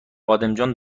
بادمجان